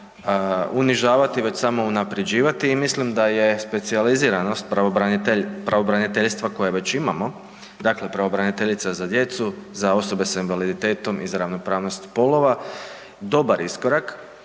unižavati već samo unapređivati. I mislim da je specijaliziranost pravobraniteljstava koje već imamo, dakle pravobraniteljica za djecu, za osobe s invaliditetom i za ravnopravnost spolova dobar iskorak,